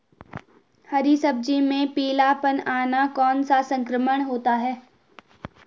हरी सब्जी में पीलापन आना कौन सा संक्रमण होता है?